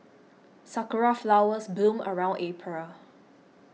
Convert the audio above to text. sakura flowers bloom around April